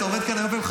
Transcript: אתה עומד ומחייך,